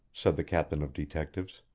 said the captain of detectives.